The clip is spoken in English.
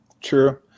True